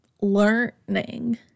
learning